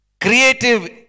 Creative